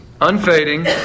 Unfading